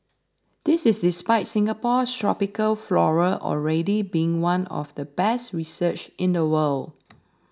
this is despite Singapore's tropical flora already being one of the best researched in the world